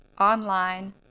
online